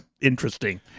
interesting